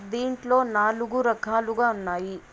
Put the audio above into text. దీంట్లో నాలుగు రకాలుగా ఉన్నాయి